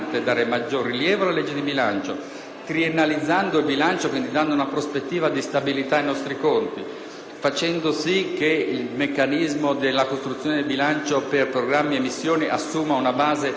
triennalizzando il bilancio e quindi dando una prospettiva di stabilità ai nostri conti, facendo sì che il meccanismo della costruzione del bilancio per programmi e missioni assuma una base normativa, oltre che fattuale,